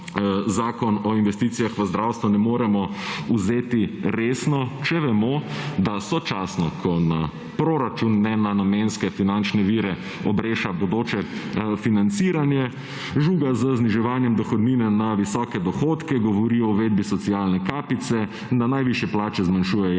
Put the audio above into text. Zakon o investicijah v zdravstvo, ne moremo vzeti resno, če vemo, da sočasno, ko na proračun, ne na namenske finančne vire, obeša bodoče financiranje, žuga z zniževanjem dohodnine na visoke dohodke, govori o uvedbi socialne kapice, na najvišje plače zmanjšuje javne